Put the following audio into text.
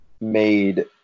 made